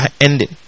ending